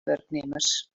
wurknimmers